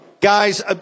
Guys